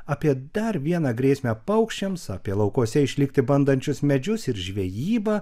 apie dar vieną grėsmę paukščiams apie laukuose išlikti bandančius medžius ir žvejybą